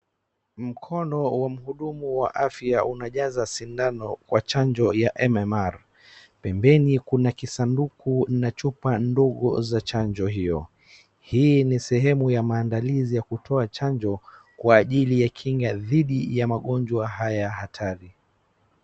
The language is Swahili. Mkono wa mhudumu wa afya unajaza sindano kwa chanjo ya MMR. Pembeni kuna kisanduku na chupa ndogo za chanjo hio. Hii ni sehamu ya ya maandalizi ya kutoa chanjo kwa ajili ya kinga dhidi ya magonjwa haya hatari.